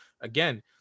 again